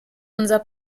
unser